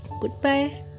Goodbye